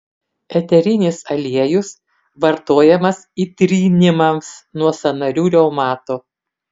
eterinis aliejus vartojamas įtrynimams nuo sąnarių reumato